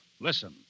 Listen